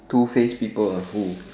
two faced people and who